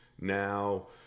Now